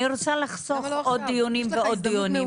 אני רוצה לחסוך עוד דיונים ועוד דיונים.